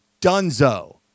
Dunzo